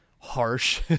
harsh